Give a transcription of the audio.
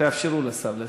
תאפשרו לשר להשיב.